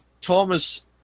Thomas